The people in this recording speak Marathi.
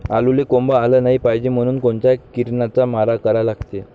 आलूले कोंब आलं नाई पायजे म्हनून कोनच्या किरनाचा मारा करा लागते?